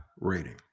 rating